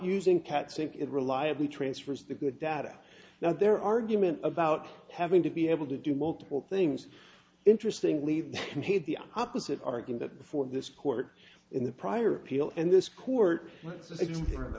using cat sync it reliably transfers the good data now their argument about having to be able to do multiple things interesting leaves the opposite argue that before this court in the prior appeal and this court